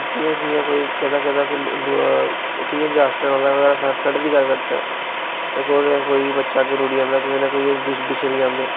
जियां जिया कोई कदें जियां डिजास्टर आंदा ऐ अगर अस अपने फ्रैंड दी गल्ल् करचे ओहदा कोई बच्चा रुढ़ी जंदा कोई ना कोई जीब बिछड़ी जंदा ऐ